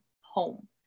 home